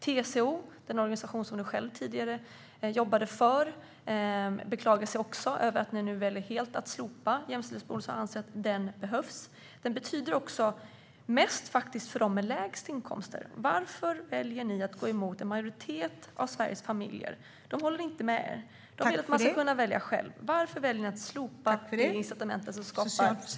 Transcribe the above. TCO, den organisation som du själv tidigare jobbade för, beklagar sig också över att ni nu väljer att helt slopa jämställdhetsbonusen som de anser behövs. Den betyder faktiskt också mest för dem med lägst inkomster. Varför väljer ni att gå emot en majoritet av Sveriges familjer? De håller inte med er. De vill att man ska kunna välja själv. Varför väljer ni att slopa ett incitament för jämställdhet?